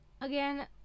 again